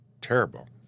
terrible